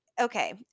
Okay